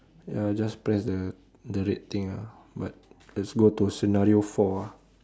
ya just press the the red thing ah but let's go to scenario four ah